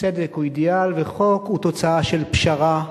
צדק הוא אידיאל וחוק הוא תוצאה של פשרה,